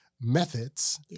methods